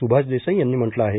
सुभाष देसाई यांनी म्हटलं आहे